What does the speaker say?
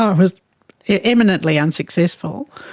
um was eminently unsuccessful,